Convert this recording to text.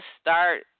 start